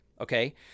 Okay